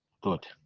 Good